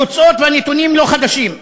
התוצאות והנתונים לא חדשים,